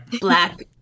Black